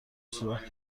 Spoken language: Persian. سوراخ